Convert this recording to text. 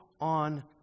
on